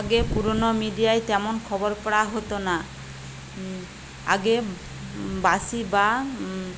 আগে পুরনো মিডিয়ায় তেমন খবর পড়া হতো না আগে বাসি বা